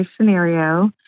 scenario